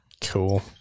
Cool